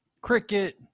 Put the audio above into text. cricket